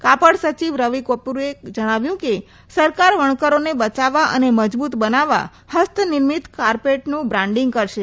કાપડ સચિવ રવિ કપુરે જણાવ્યું કે સરકાર વણકરોને બચાવવા અને મજબુત બનાવવા ફસ્તનિર્મિત કાર્પેટનું બ્રાન્ડીંગ કરશે